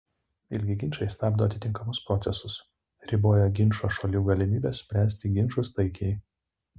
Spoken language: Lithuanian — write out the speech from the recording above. ilgi ginčai stabdo atitinkamus procesus riboja ginčo šalių galimybes spręsti ginčus taikiai